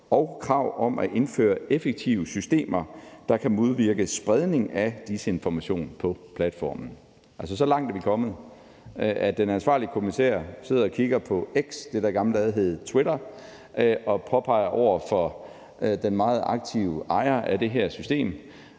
og krav om at indføre effektive systemer, der kan modvirke spredning af misinformation på platformen. Så langt er vi altså kommet, at den ansvarlige kommissær sidder og kigger på X – det, der i gamle dage hed Twitter – og påpeger over for den meget aktive ejer af den her platform,